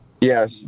Yes